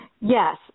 Yes